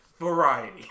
Variety